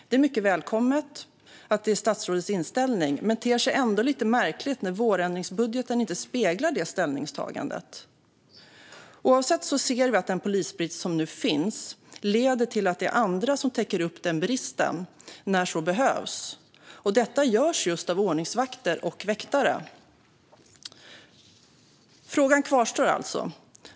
Statsrådets inställning är mycket välkommen, men den ter sig ändå lite märklig när vårändringsbudgeten inte speglar det ställningstagandet. Vi ser att den polisbrist som nu finns leder till att andra täcker upp för bristen när så behövs. Det görs av just ordningsvakter och väktare. Frågan kvarstår alltså.